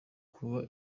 kuba